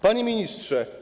Panie Ministrze!